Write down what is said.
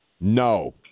No